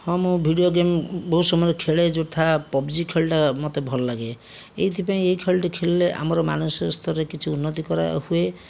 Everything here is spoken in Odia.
ହଁ ମୁଁ ଭିଡ଼ିଓ ଗେମ୍ ବହୁ ସମୟରେ ଖେଳେ ଯଥା ପବଜି ଖେଳଟା ମୋତେ ଭଲ ଲାଗେ ଏଇଥିପାଇଁ ଏଇ ଖେଳଟି ଖେଳିଲେ ଆମର ମାନସିକ ସ୍ତରରେ କିଛି ଉନ୍ନତିକର ହୁଏ